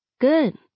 Good